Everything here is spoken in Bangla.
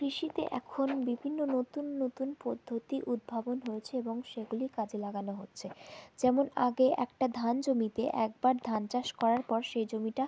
কৃষিতে এখন বিভিন্ন নতুন নতুন পদ্ধতি উদ্ভাবন হয়েছে এবং সেগুলি কাজে লাগানো হচ্ছে যেমন আগে একটা ধান জমিতে একবার ধান চাষ করার পর সেই জমিটা